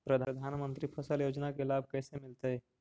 प्रधानमंत्री फसल योजना के लाभ कैसे मिलतै?